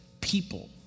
people